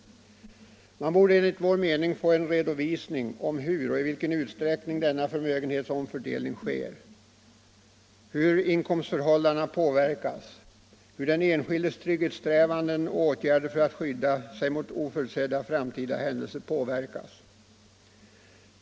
Man borde enligt min mening få en redovisning av hur och i vilken utsträckning denna förmögenhetsomfördelning sker, hur inkomstförhållandena påverkas, hur den enskildes trygghetssträvanden och åtgärder för att skydda sig mot oförutsedda händelser påverkas.